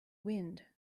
wind